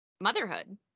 motherhood